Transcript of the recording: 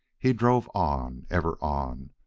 he drove on, ever on,